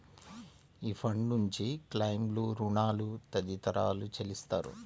ఈ ఫండ్ నుంచి క్లెయిమ్లు, రుణాలు తదితరాలు చెల్లిస్తారు